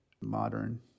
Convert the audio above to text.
modern